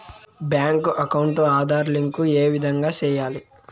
Bank account Aadhaar link ఏ విధంగా సెయ్యాలి?